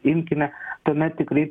imkime tuomet tikrai